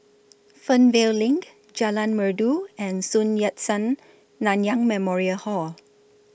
Fernvale LINK Jalan Merdu and Sun Yat Sen Nanyang Memorial Hall